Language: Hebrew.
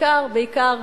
בעיקר,